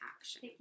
action